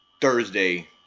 Thursday